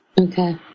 Okay